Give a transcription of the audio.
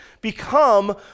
become